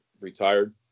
retired